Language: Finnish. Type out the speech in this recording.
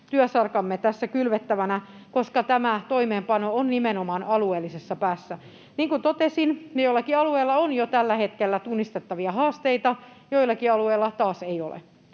työsarkamme tässä kylvettävänä, koska tämä toimeenpano on nimenomaan alueellisessa päässä. Niin kuin totesin, joillakin alueilla on jo tällä hetkellä tunnistettavia haasteita, joillakin alueilla taas ei ole,